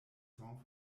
song